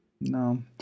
No